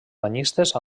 banyistes